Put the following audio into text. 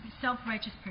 self-righteous